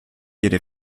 ihre